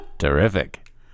Terrific